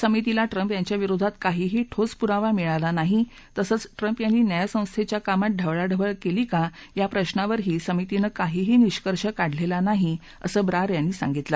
समितीला ट्रंप यांच्याविरोधात काहीही ठोस पुरावा मिळाला नाही तसंच ट्रंप यांनी न्यायसंस्थळा कामात ढवळाढवळ कली का या प्रश्नावरही समितीनं काहीही निष्कर्ष काढलली नाही असं ब्रार यांनी सांगितलं